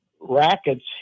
rackets